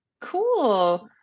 Cool